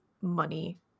money